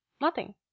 nothing